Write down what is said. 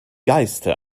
geiste